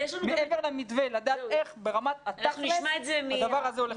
מעבר למתווה לדעת איך ברמת התכל'ס הדבר הזה הולך לקרות.